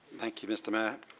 thank you, mr. mayor.